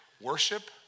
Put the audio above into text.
worship